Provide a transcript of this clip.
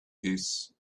peace